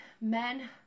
men